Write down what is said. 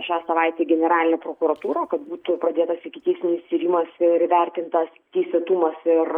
šią savaitę į generalinę prokuratūrą kad būtų pradėtas ikiteisminis tyrimas ir įvertintas teisėtumas ir